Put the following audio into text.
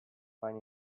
find